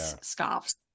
scarves